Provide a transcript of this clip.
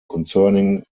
concerning